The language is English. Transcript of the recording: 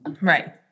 Right